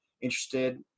interested